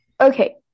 Okay